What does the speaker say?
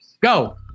Go